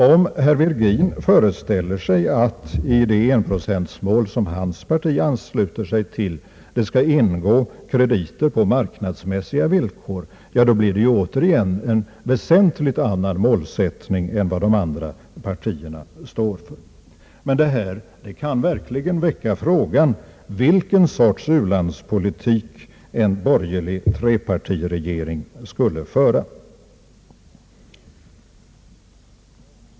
Om herr Virgin föreställer sig att i det 1 Zo-mål som hans parti ansluter sig till skall ingå krediter på marknadsmässiga villkor, blir det återigen en väsentligt annan målsättning än vad de andra partierna står för. Detta kan verkligen väcka frågan vilken sorts ulandspolitik en borgerlig trepartiregering skulle föra.